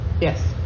Yes